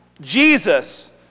Jesus